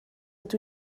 ydw